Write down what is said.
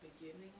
beginning